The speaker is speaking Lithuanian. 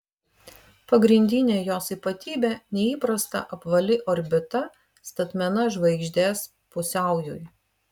pagrindinė jos ypatybė neįprasta apvali orbita statmena žvaigždės pusiaujui